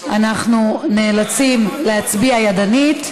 אנחנו נאלצים להצביע ידנית.